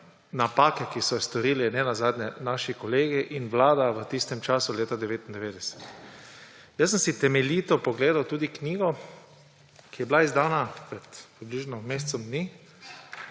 napake, ki so jo storili naši kolegi in vlada v tistem času leta 1999. Jaz sem si temeljito pogledal tudi knjigo, ki je bila izdana pred približno mesecem dni.